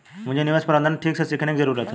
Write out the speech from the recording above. मुझे निवेश प्रबंधन ठीक से सीखने की जरूरत है